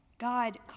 God